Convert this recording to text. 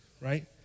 right